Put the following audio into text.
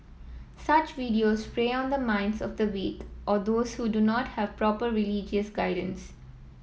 such videos prey on the minds of the weak or those who do not have proper religious guidance